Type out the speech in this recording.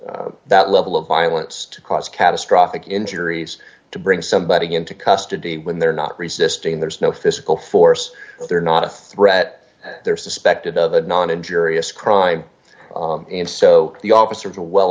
use that level of violence to cause catastrophic injuries to bring somebody into custody when they're not resisting there's no physical force they're not a threat they're suspected of a non injurious crime and so the officers are well